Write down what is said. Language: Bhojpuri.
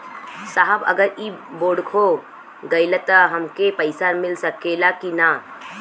साहब अगर इ बोडखो गईलतऽ हमके पैसा मिल सकेला की ना?